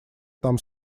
там